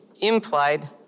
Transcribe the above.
implied